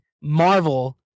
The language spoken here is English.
Marvel